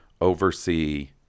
oversee